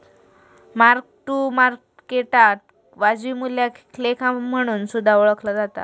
mark to मार्केटाक वाजवी मूल्या लेखा म्हणून सुद्धा ओळखला जाता